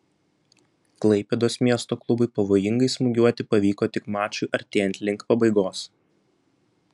klaipėdos miesto klubui pavojingai smūgiuoti pavyko tik mačui artėjant link pabaigos